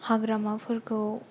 हाग्रामाफोरखौ